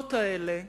התמונות האלה,